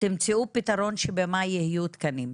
תמצאו פתרון שבמאי יהיו תקנים.